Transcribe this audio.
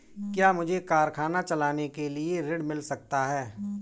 क्या मुझे कारखाना चलाने के लिए ऋण मिल सकता है?